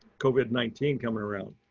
covid nineteen coming around.